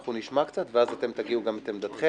אנחנו נשמע קצת ואז אתם תגידו גם את עמדתכם.